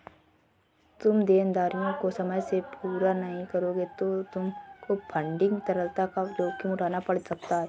तुम देनदारियों को समय से पूरा नहीं करोगे तो तुमको फंडिंग तरलता का जोखिम उठाना पड़ सकता है